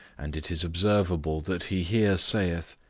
and it is observable that he here saith,